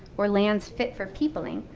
or lands fit for peopling,